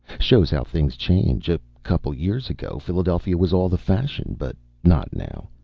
shows how things change. a couple years ago, philadelphia was all the fashion. but not now,